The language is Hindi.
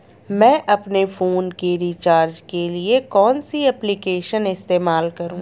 मैं अपने फोन के रिचार्ज के लिए कौन सी एप्लिकेशन इस्तेमाल करूँ?